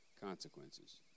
consequences